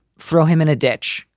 throw him in a ditch.